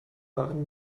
waren